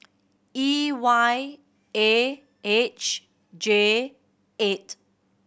E Y A H J eight